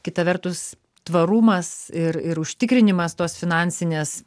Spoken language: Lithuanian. kita vertus tvarumas ir ir užtikrinimas tos finansinės